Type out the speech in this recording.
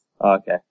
okay